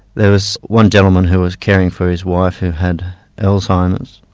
there was one gentleman who was caring for his wife who had alzheimer's.